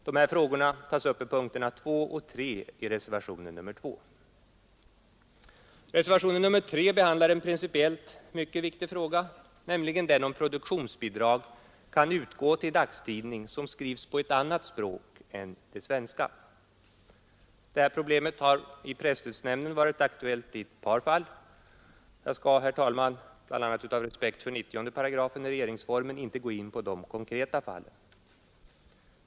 Dessa frågor tas upp under punkterna 2 och 3 i reservationen 2 Reservationen 3 behandlar en principiellt mycket viktig fråga, nämligen den om produktionsbidrag kan utgå till dagstidning som skrivs på annat språk än det svenska. Det här problemet har i presstödsnämnden varit aktuellt i ett par fall, men jag skall, herr talman, bl.a. av respekt för 90 § regeringsformen inte gå in på dessa konkreta fall.